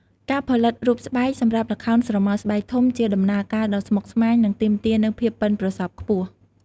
ការផលិតរូបស្បែកសម្រាប់ល្ខោនស្រមោលស្បែកធំជាដំណើរការដ៏ស្មុគស្មាញ និងទាមទារនូវភាពប៉ិនប្រសប់ខ្ពស់។